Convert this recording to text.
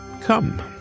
come